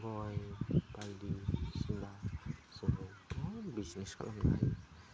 गय हालदै बिजनेस खालामनो हायो